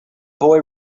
boy